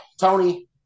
Tony